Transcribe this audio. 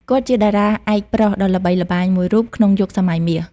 គាត់ជាតារាឯកប្រុសដ៏ល្បីល្បាញមួយរូបក្នុងយុគសម័យមាស។